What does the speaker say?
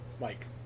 Mike